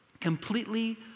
completely